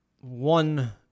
one